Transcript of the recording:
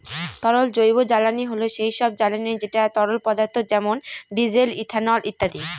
তরল জৈবজ্বালানী হল সেই সব জ্বালানি যেটা তরল পদার্থ যেমন ডিজেল, ইথানল ইত্যাদি